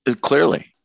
Clearly